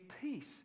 peace